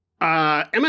Emma